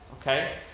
okay